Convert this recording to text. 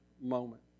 moment